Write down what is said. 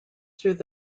through